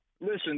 Listen